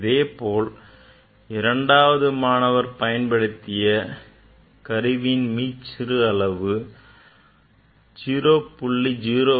அதேபோல் இரண்டாவது மாணவர் பயன்படுத்திய கருவியின் மீச்சிறு அளவு 0